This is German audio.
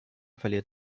verliert